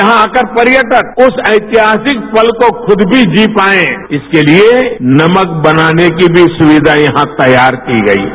यहां आकर पर्यटक उस ऐतिहासिक पल को खुद भी जी पाए इसके लिए नमक बनाने की भी सुविधा यहां तैयार की गई है